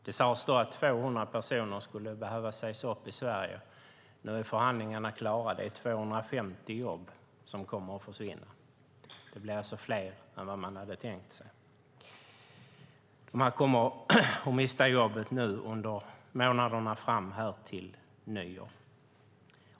Det sades då att 200 personer i Sverige skulle behöva sägas upp. Nu är förhandlingarna klara, och det är 250 jobb som kommer att försvinna. Det blir alltså fler än vad man hade tänkt sig. Dessa personer kommer att mista jobbet under månaderna fram till nyår.